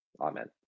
Amen